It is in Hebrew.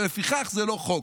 ולפיכך זה לא חוק.